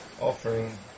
Offering